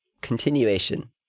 continuation